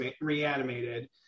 reanimated